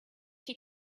she